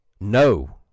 no